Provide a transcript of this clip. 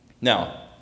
Now